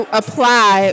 apply